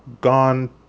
gone